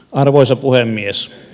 arvoisa puhemies